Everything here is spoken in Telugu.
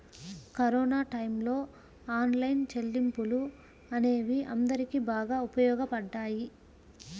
కరోనా టైయ్యంలో ఆన్లైన్ చెల్లింపులు అనేవి అందరికీ బాగా ఉపయోగపడ్డాయి